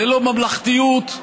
ללא ממלכתיות,